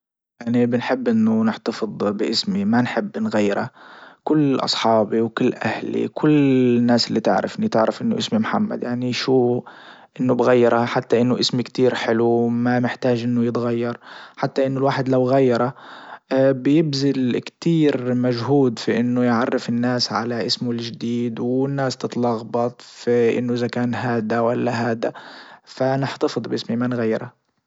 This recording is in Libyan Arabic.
اني بنحب انه نحتفض باسمي ما نحب نغيره كل اصحابي وكل اهلي وكل الناس اللي تعرفني تعرف انه اسمي محمد يعني شو انه بغيرها حتى انه اسم كتير حلو وما محتاج انه يتغير حتى انه الواحد لو غيره بيبذل كتير مجهود في انه يعرف الناس على اسمي الجديد والناس تتلخبط في انه اذا كان هادا ولا هادا فنحتفض باسمي ما نغيره.